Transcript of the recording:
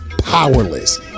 powerless